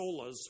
solas